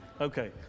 Okay